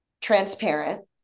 transparent